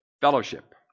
Fellowship